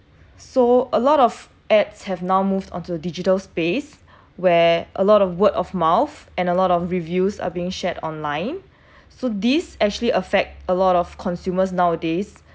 so a lot of ads have now moved onto digital space where a lot of word of mouth and a lot of reviews are being shared online so this actually affect a lot of consumers nowadays